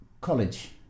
college